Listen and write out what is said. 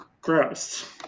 gross